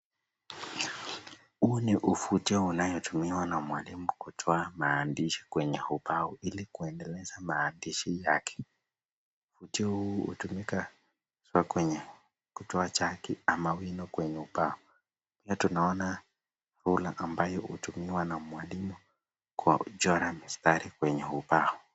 Huu ni ufutio unaotumiwa na mwalimu kutoa maandishi kwenye ubao ili kuendeleza maandishi yake. Ufutio huu hutumika hasa kwenye kutoa chaki ama wino kwenye ubao, pia tunaona rula ambayo hutumiwa na mwalimu kwa kuchora mistari kwenye ubao.